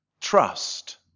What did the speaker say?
Trust